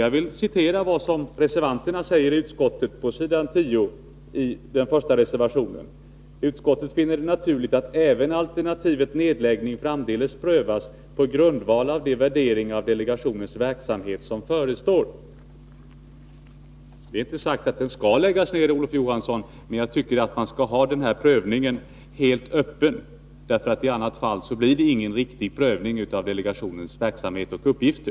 Jag vill citera vad reservanterna säger på s. 10 i reservation nr 1 till betänkandet: ”Utskottet finner det naturligt att även alternativet nedläggning framdeles prövas på grundval av den utvärdering av delegationens verksamhet som förestår.” Det är inte sagt att datadelegationen skall nedläggas, Olof Johansson, men jag tycker att denna prövning skall ske helt öppet. I annat fall blir det ingen riktig prövning av delegationens verksamhet och uppgifter.